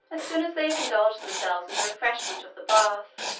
as soon as they have indulged themselves in the refreshment of the bath,